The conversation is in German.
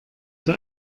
der